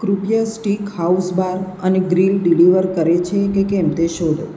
કૃપયા steakhouse bar અને grill deliver કરે છે કે કેમ તે શોધો